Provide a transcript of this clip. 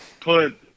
put